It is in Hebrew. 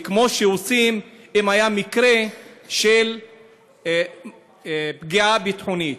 כמו שעושים אם היה מקרה של פגיעה ביטחונית.